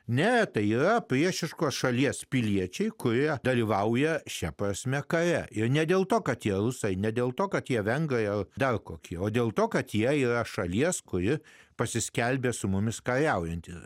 ne tai yra priešiškos šalies piliečiai kurie dalyvauja šia prasme kare ir ne dėl to kad tie rusai ne dėl to kad jie vengrai ar dar kokie o dėl to kad jie yra šalies kuri pasiskelbė su mumis kariaujanti